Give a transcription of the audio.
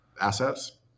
assets